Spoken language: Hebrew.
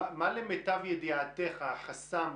מה לדעתך החסם